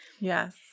Yes